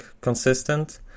consistent